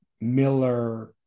Miller